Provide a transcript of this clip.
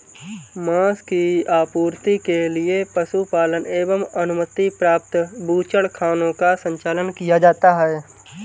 माँस की आपूर्ति के लिए पशुपालन एवं अनुमति प्राप्त बूचड़खानों का संचालन किया जाता है